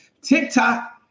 tiktok